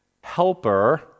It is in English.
helper